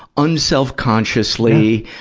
un-self-consciously,